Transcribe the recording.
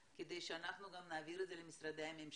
כדי שאנחנו גם נעביר את זה למשרדי הממשלה,